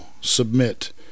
submit